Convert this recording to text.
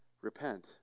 repent